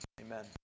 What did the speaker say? Amen